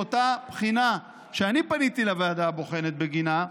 באותה בחינה שאני פניתי לוועדה הבוחנת בגינה,